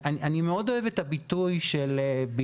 אני מאוד אוהב את הביטוי של חיים נחמן